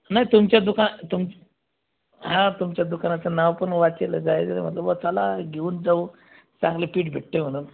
नाही तुमच्या दुका तुम हां तुमच्या दुकानाचं नावपण वाचलेलंच आहे त्याचं म्हटलं बुवा चला घेऊन जाऊ चांगले पीठ भेटत आहे म्हणून